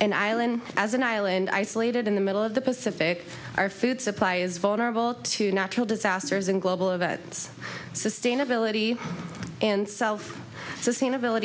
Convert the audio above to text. and island as an island isolated in the middle of the pacific our food supply is vulnerable to natural disasters and global events sustainability in self sustainability